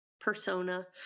persona